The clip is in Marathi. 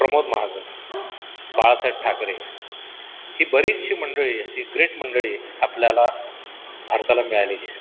प्रमोद महाजन बाळासाहेब ठाकरे ही बरीचशी मंडळी अशी ग्रेट मंडळी आपल्याला भारताला मिळालेली आहे